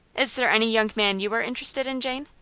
is there any young man you are interested in, jane?